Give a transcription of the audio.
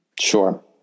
Sure